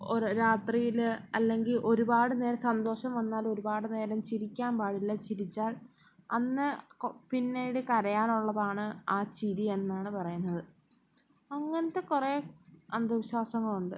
ഒരു രാത്രിയിൽ അല്ലെങ്കിൽ ഒരുപാട് നേരം സന്തോഷം വന്നാൽ ഒരുപാട് നേരം ചിരിക്കാൻ പാടില്ല ചിരിച്ചാൽ അന്ന് പിന്നീട് കരയാൻ ഉള്ളതാണ് ആ ചിരി എന്നാണ് പറയുന്നത് അങ്ങനത്തെ കുറെ അന്ധവിശ്വാസങ്ങൾ ഉണ്ട്